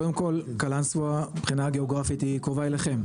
קום כל קלאנסווה מבחינה גיאוגרפית היא קרובה אליכם.